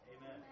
Amen